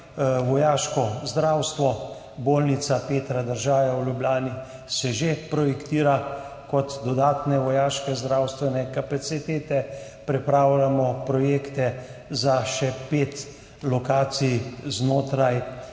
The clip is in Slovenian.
vojaško zdravstvo, Bolnišnica dr. Petra Držaja v Ljubljani se že projektira kot dodatne vojaške zdravstvene kapacitete, pripravljamo projekte za še pet lokacij znotraj